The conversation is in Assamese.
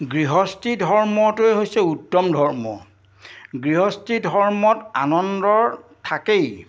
গৃহস্থী ধৰ্মটোৱেই হৈছে উত্তম ধৰ্ম গৃহস্থী ধৰ্মত আনন্দ থাকেই